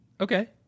Okay